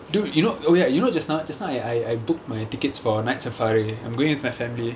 dude you know oh ya you know just not just now I I I booked my tickets for night safari I'm going with my family